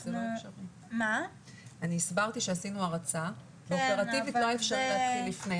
אני הסברתי שעשינו הרצה ואופרטיבית לא היה אפשר להתחיל לפני.